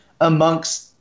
amongst